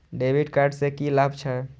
डेविट कार्ड से की लाभ छै?